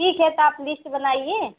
ठीक है तो आप लिस्ट बनाइए